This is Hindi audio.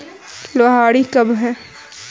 लोहड़ी कब है?